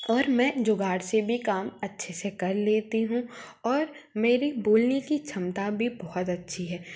और मैं जुगाड़ से भी काम अच्छे से कर लेती हूँ और मेरे बोलने की क्षमता भी बहुत अच्छी है